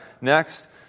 Next